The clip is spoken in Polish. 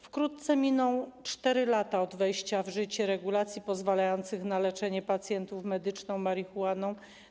Wkrótce miną 4 lata od wejścia w życie regulacji pozwalających na leczenie pacjentów medyczną marihuaną.